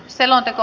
asia